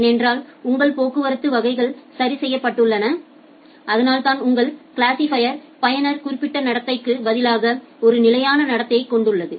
ஏனென்றால் உங்கள் போக்குவரத்து வகைகள் சரி செய்யப்பட்டுள்ளன அதனால்தான் உங்கள் கிளாசிபையரானது பயனர் குறிப்பிட்ட நடத்தைக்கு பதிலாக ஒரு நிலையான நடத்தையைக் கொண்டுள்ளது